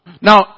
Now